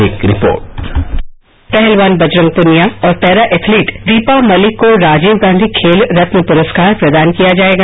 एक रिपोर्ट पहलवान बजरंग पूनिया और पैरा एथलीट दीपा मलिक को राजीव गांधी खेल रत्न पुरस्कार प्रदान किया जाएगा